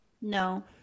No